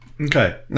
Okay